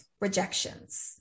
rejections